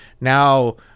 now